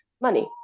money